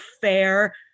fair